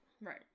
Right